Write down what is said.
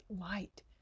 light